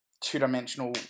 two-dimensional